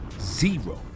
zero